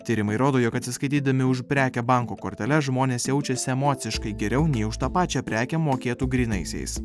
tyrimai rodo jog atsiskaitydami už prekę banko kortele žmonės jaučiasi emociškai geriau nei už tą pačią prekę mokėtų grynaisiais